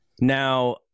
Now